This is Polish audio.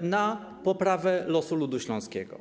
na poprawę losu ludu śląskiego.